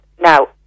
Now